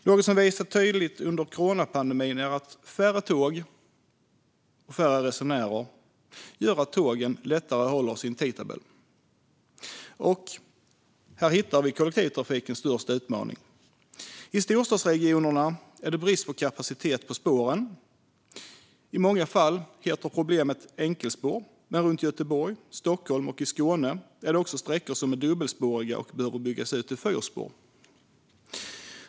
Något som visat sig tydligt under coronapandemin är att färre tåg och färre resenärer gör att tågen lättare håller tiden. Här hittar vi kollektivtrafikens största utmaning. I storstadsregionerna är det brist på kapacitet på spåren. I många fall heter problemet enkelspår, men runt Göteborg och Stockholm och i Skåne är det också sträckor som är dubbelspåriga som behöver byggas ut till fyrspåriga.